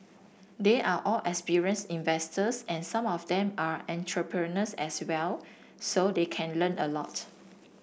they are all experienced investors and some of them are entrepreneurs as well so they can learn a lot